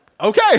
okay